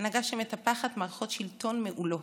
הנהגה שמטפחת מערכות שלטון מעולות,